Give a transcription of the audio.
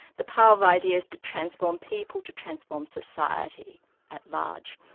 the power of ideas to transform people, to transform society at large.